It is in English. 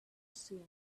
soon